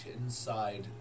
inside